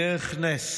בדרך נס